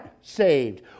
saved